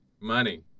Money